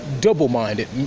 double-minded